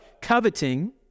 coveting